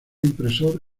impresor